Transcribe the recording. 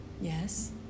Yes